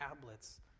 tablets